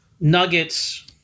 Nuggets